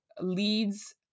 leads